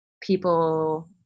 people